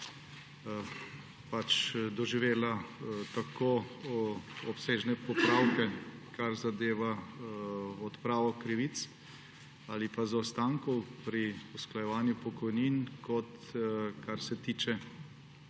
doživela obsežne popravke, kar zadeva odpravo krivic ali pa zaostankov pri usklajevanju pokojnin in kar se tiče